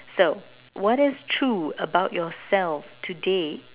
so what is true about yourself today